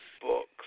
books